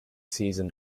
season